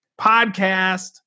podcast